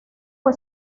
fue